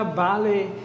ballet